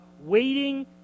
waiting